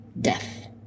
death